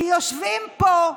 כי יושבים פה,